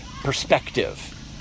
perspective